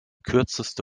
kürzeste